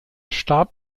starb